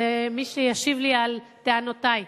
למי שישיב לי על טענותי,